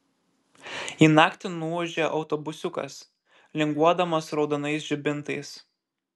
į naktį nuūžia autobusiukas linguodamas raudonais žibintais